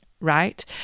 right